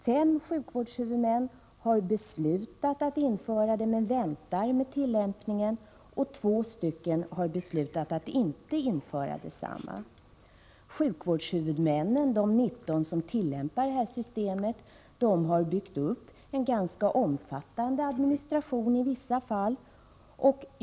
5 sjukvårdshuvudmän har beslutat att införa systemet men väntar med tillämpningen, och 2 har beslutat att inte införa detsamma. De 19 sjukvårdshuvudmän som tillämpar systemet har i vissa fall byggt upp en ganska omfattande administration.